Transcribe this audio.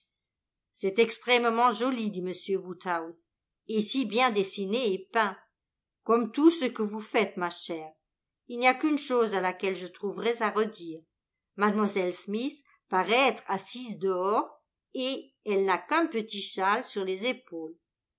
c'est extrêmement joli dit m woodhouse et si bien dessiné et peint comme tout ce que vous faites ma chère il n'y a qu'une chose à laquelle je trouverais à redire mlle smith paraît être assise dehors et elle n'a qu'un petit châle sur les épaules